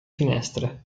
finestre